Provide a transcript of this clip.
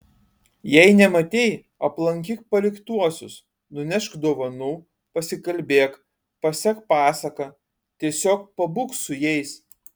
jei nematei aplankyk paliktuosius nunešk dovanų pasikalbėk pasek pasaką tiesiog pabūk su jais